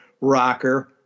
rocker